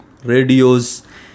radios